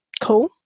cool